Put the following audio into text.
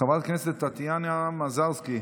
חברת הכנסת טטיאנה מזרסקי,